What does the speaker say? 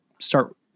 start